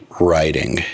writing